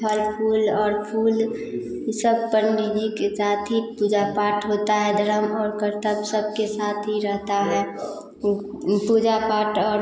फल फूल और फूल सब पंडित जी के साथ ही पूजा पाठ होता है धर्म और कर्तव्य सबके साथ ही रहता है पूजा पाठ और